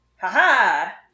Ha-ha